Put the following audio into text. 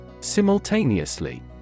Simultaneously